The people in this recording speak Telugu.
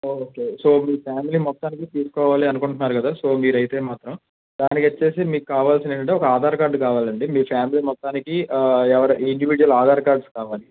ఓకే సో మీ ఫ్యామిలి మొత్తానికి తీసుకోవాలి అనుకుంటున్నారు కదా సో మీరు అయితే మాత్రం దానికి వచ్చి మీ కావాలసినవి ఏంటి ఒక ఆధార్ కార్డ్ కావాలండి మీ ఫ్యామిలీ మొత్తానికి ఎవరి ఇండివిడ్యువల్ ఆధార్ కార్డ్స్ కావాలి